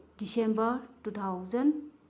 December two thousand